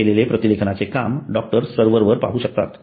केलेले प्रतिलेखनाचे काम डॉक्टर सर्व्हर वर पाहू शकतात